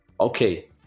Okay